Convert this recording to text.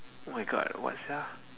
oh my god what sia